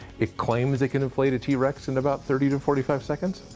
it claims that could inflate a t rex in about thirty to forty five seconds.